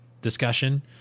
discussion